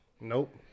Nope